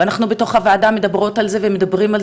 ואנחנו בתוך הוועדה מדברות על זה ומדברים על